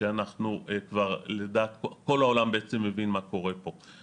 כשכל העולם בעצם הבין מה קורה פה.